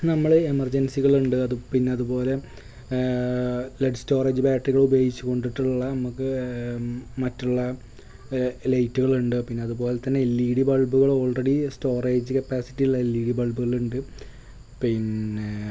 നമ്മൾ എമർജെൻസികളുണ്ട് അത് പിന്നതു പോലെ ലെഡ് സ്റ്റോറേജ് ബാറ്റ്റികളുപയോഗിച്ച് കൊണ്ടുള്ള നമുക്ക് മറ്റുള്ള ലയ്റ്റുകളുണ്ട് പിന്നതുപോലെ തന്നെ എൽ ഈ ഡി ബൾബുകൾ ഓൾ റെഡി സ്റ്റോറേജ് കപ്പാസിറ്റിയുള്ള എൽ ഈ ഡി ബൾബുകളുണ്ട് പിന്നേ